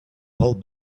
hold